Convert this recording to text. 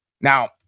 now